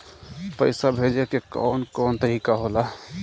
पइसा भेजे के कौन कोन तरीका होला?